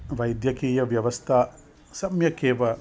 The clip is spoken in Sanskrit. वैद्यकीयव्यवस्था सम्यक् एव